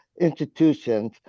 institutions